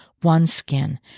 OneSkin